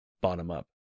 bottom-up